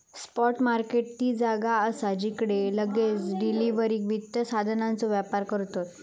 spot market ती जागा असा जिकडे लगेच डिलीवरीक वित्त साधनांचो व्यापार करतत